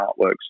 artworks